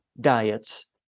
diets